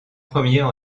premiers